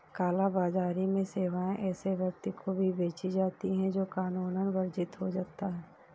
काला बाजारी में सेवाएं ऐसे व्यक्ति को भी बेची जाती है, जो कानूनन वर्जित होता हो